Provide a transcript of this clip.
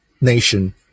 nation